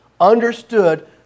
understood